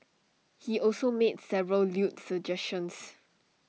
he also made several lewd suggestions